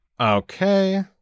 Okay